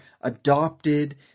adopted